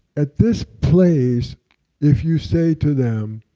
at this place if you say to them,